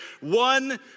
one